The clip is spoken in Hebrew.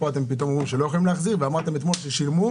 פה אתם פתאום אומרים שלא יכולים להחזיר ואמרתם אתמול ששילמו.